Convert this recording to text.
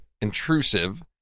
intrusive